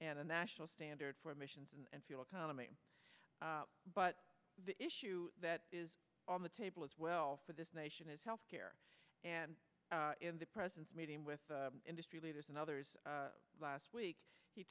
an a national standard for emissions and fuel economy but the issue that is on the table as well for this nation is health care and in the president's meeting with industry leaders and others last week he